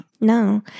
No